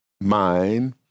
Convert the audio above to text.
mind